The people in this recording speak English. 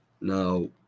now